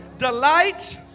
delight